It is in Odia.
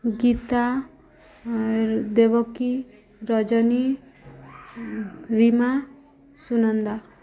ଗୀତା ଦେବକୀ ରଜନୀ ରିମା ସୁନନ୍ଦା